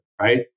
right